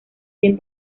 bien